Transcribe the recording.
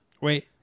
Wait